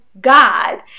God